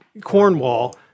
Cornwall